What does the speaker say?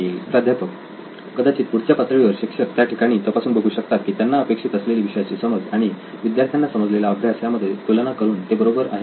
प्राध्यापक कदाचित पुढच्या पातळीवर शिक्षक त्या ठिकाणी तपासून बघू शकतात की त्यांना अपेक्षित असलेली विषयाची समज आणि विद्यार्थ्यांना समजलेला अभ्यास यामध्ये तुलना करून ते बरोबर आहे की नाही